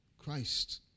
Christ